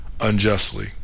unjustly